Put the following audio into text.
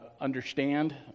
understand